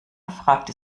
fragte